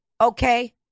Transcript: okay